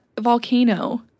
volcano